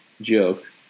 joke